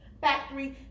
Factory